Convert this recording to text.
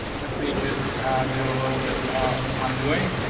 let me just do a little bit off undoing.